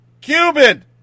Cuban